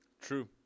True